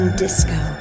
disco